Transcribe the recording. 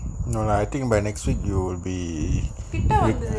no lah I think by next week you will be